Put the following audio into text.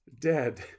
dead